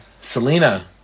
Selena